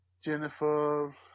Jennifer